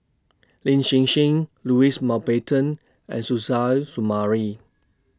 Lin Hsin Hsin Louis Mountbatten and Suzairhe Sumari